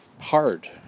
hard